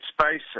space